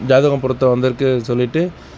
ஜாதக பொருத்தம் வந்துருக்குனு சொல்லிவிட்டு